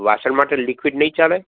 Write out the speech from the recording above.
વાસણ માટે લિક્વિડ નઇ ચાલે